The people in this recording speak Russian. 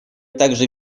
также